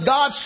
God